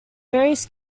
various